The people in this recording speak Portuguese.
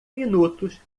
minutos